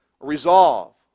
resolve